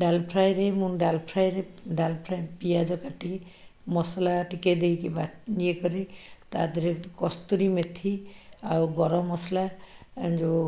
ଡାଲ୍ଫ୍ରାଏରେ ମୁଁ ଡାଲ୍ଫ୍ରାଏରେ ମୁଁ ପିଆଜ କାଟିକି ମସଲା ଟିକେ ଦେଇକି ବା ଇଏ କରି ତାଦେହରେ କସ୍ତୁରୀ ମେଥି ଆଉ ଗରମ ମସଲା ଯେଉଁ